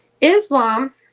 Islam